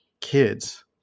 kids